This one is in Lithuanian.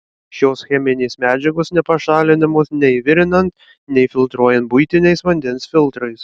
šios cheminės medžiagos nepašalinamos nei virinant nei filtruojant buitiniais vandens filtrais